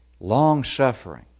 Long-suffering